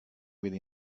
with